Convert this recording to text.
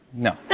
no.